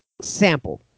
sample